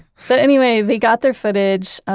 but anyway, they got their footage,